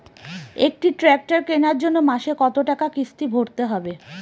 একটি ট্র্যাক্টর কেনার জন্য মাসে কত টাকা কিস্তি ভরতে হবে?